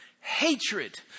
hatred